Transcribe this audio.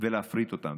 ולהפריט אותם,